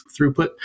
throughput